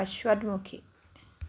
পশ্চাদমুখী